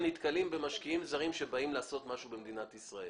נתקלים במשקיעים זרים שבאים לעשות משהו במדינת ישראל